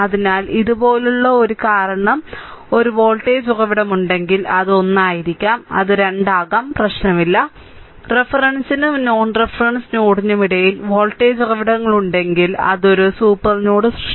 അതിനാൽ ഇതുപോലുള്ള ഒന്ന് കാരണം ഒരു വോൾട്ടേജ് ഉറവിടം ഉണ്ടെങ്കിൽ അത് 1 ആയിരിക്കാം അത് 2 ആകാം പ്രശ്നമില്ല റഫറൻസിനും നോൺ റഫറൻസ് നോഡിനുമിടയിൽ വോൾട്ടേജ് ഉറവിടങ്ങൾ ഉണ്ടെങ്കിൽ അത് ഒരു സൂപ്പർ നോഡ് സൃഷ്ടിക്കുന്നു